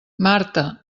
marta